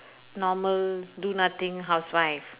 normal do nothing housewife